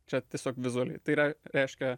čia tiesiog vizualiai tai yra reiškia